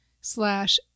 slash